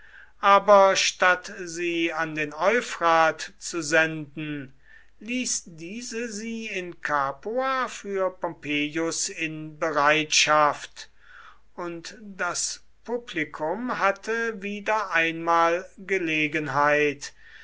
aber statt sie an den euphrat zu senden hielt diese sie in capua für pompeius in bereitschaft und das publikum hatte wieder einmal gelegenheit